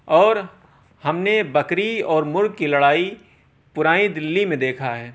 اور ہم نے بکری اور مرغ کی لڑائی پرانی دلّی میں دیکھا ہے